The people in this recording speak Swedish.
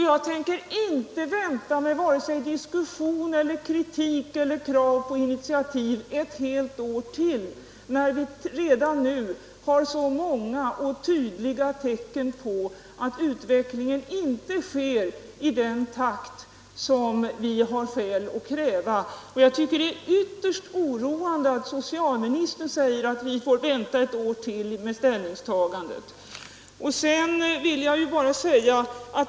Jag tänker inte vänta med vare sig diskussion eller kritik eller krav på initiativ ett helt år till, när vi redan nu har så många och tydliga tecken på att utvecklingen inte sker i den takt som vi har skäl att kräva. Det är ytterst oroande att socialministern säger att vi får vänta ett år till med ställningstagandet.